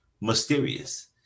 mysterious